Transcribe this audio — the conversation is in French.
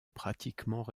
pratiquement